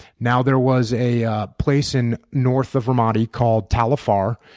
now there was a ah place and north of ramadi called tal afar,